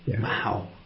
wow